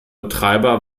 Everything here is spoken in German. betreiber